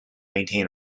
maintain